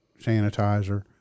sanitizer